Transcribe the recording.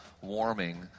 warming